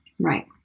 Right